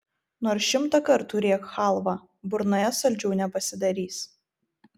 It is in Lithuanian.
nors šimtą kartų rėk chalva burnoje saldžiau nepasidarys